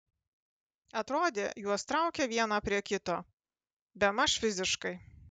atrodė juos traukia vieną prie kito bemaž fiziškai